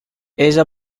ella